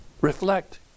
reflect